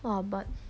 !wah! but